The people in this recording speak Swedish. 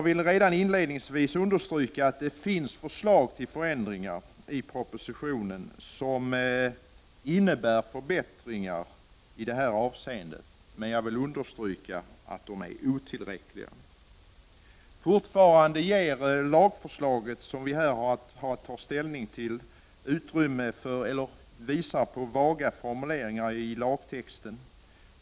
Det finns i propositionen förslag till förändringar som innebär förbättringar i det här avseendet, men jag vill understryka att dessa är otillräckliga. Fortfarande blir lagtexten enligt det föreliggande förslaget allt för vag.